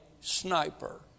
sniper